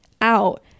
out